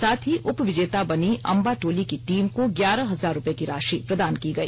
साथ ही उपविजेता बनी अंम्बाटोली की टीम को ग्याहर हजार रूपये की राशि प्रदान की गई